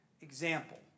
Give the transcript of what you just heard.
example